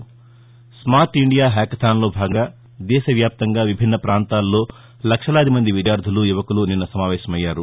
smart India హ్యాకథాన్లో భాగంగా దేశవ్యాప్తంగా విభిన్న ప్రాంతాల్లో లక్షలాది మంది విద్యార్థులు యువకులు నిన్న సమావేశమయ్యారు